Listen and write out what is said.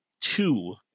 two